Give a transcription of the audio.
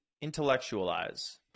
intellectualize